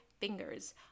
fingers